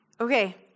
Okay